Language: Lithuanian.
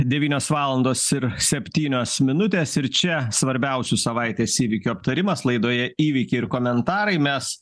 devynios valandos ir septynios minutės ir čia svarbiausių savaitės įvykių aptarimas laidoje įvykiai ir komentarai mes